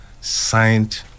signed